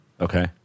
Okay